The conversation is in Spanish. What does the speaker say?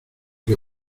que